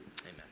Amen